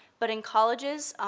but in colleges,